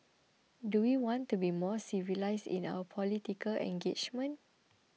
do we want to be more civilised in our political engagement